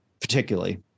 particularly